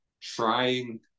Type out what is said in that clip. trying